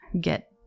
get